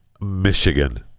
Michigan